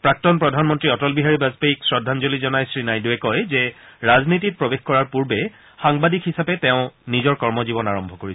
প্ৰাক্তন প্ৰধানমন্ত্ৰী অটল বিহাৰী বাজণেয়ীক শ্ৰদ্ধাঞ্জলি জনাই শ্ৰীনাইডুৱে কয় যে ৰাজনীতিত প্ৰৱেশ কৰাৰ পূৰ্বে সাংবাদিক হিচাপে তেওঁ নিজৰ কৰ্মজীৱন আৰম্ভ কৰিছিল